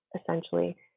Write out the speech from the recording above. essentially